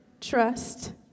Trust